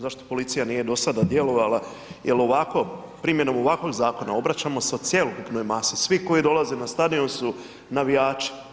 Zašto policija nije do sada djelovala jer ovako, primjenom ovakvog zakona, obraćamo se cjelokupnoj masi, svi koji dolaze na stadion su navijači.